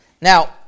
Now